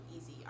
easy